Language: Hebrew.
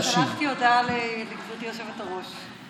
אני שלחתי הודעה לגברתי היושבת-ראש.